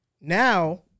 Now